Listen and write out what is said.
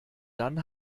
dann